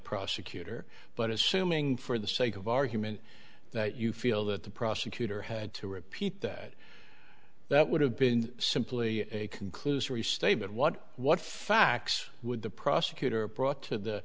prosecutor but assuming for the sake of argument that you feel that the prosecutor had to repeat that that would have been simply a conclusory statement what what facts would the prosecutor brought to the